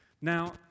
Now